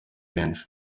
benshi